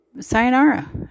sayonara